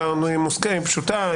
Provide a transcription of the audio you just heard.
היא פשוטה.